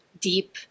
deep